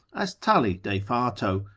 as tully de fato,